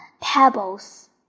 pebbles